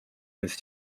his